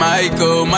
Michael